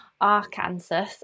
Arkansas